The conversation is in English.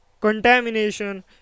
contamination